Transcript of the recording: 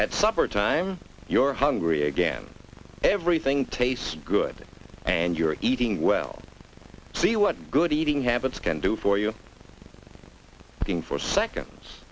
at supper time your hungry again everything tastes good and you're eating well see what good eating habits can do for you in four seconds